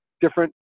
different